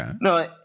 No